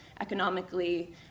economically